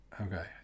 Okay